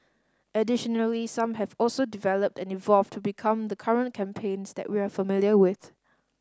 additionally some have also developed and evolved to become the current campaigns that we are familiar with